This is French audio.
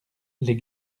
les